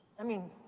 i mean,